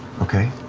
okay?